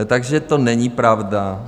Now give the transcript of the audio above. Takže to není pravda.